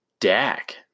Dak